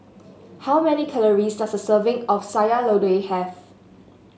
how many calories does a serving of Sayur Lodeh have